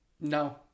No